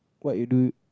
what you do